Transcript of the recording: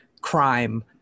crime